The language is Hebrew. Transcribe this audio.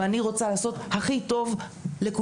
ואני רוצה לעשות הכי טוב לכולם.